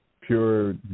pure